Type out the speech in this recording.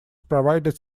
provided